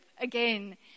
again